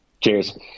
cheers